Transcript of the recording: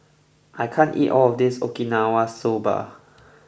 I can't eat all of this Okinawa Soba